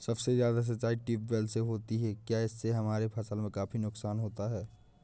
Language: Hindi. सबसे ज्यादा सिंचाई ट्यूबवेल से होती है क्या इससे हमारे फसल में काफी नुकसान आता है?